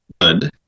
good